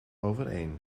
overeen